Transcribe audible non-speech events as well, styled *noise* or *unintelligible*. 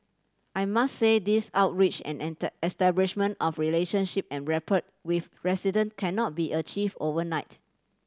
I must say these outreach and *unintelligible* establishment of relationship and rapport with resident cannot be achieve overnight